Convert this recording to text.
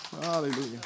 Hallelujah